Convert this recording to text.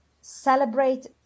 celebrate